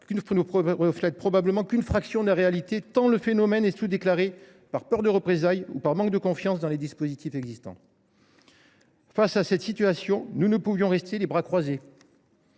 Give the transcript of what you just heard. soi, ne représente probablement qu’une fraction de la réalité, tant le phénomène est sous déclaré par peur de représailles ou par manque de confiance dans les dispositifs existants. Face à cette situation, nous ne pouvions rester les bras croisés.